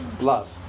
Love